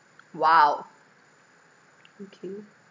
!wow! okay